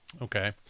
Okay